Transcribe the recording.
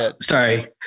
sorry